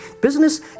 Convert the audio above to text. Business